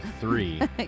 three